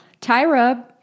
Tyra